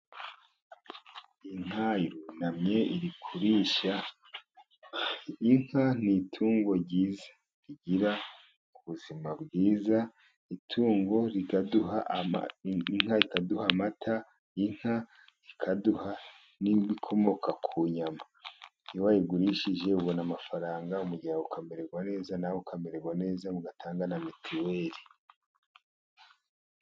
Inka irunamye iri kurisha, inka ni itungo ryiza rigira ubuzima bwiza, Inka ikaduha amata, inka ikaduha n'ibikomoka ku nyama, iyo wayigurishije ubona amafaranga umuryango ukamererwa neza, nawe ukamererwa neza, ugatanga na mituweli.